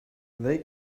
they